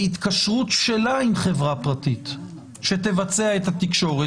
בהתקשרות שלה עם חברה פרטית שתבצע את התקשורת,